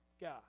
God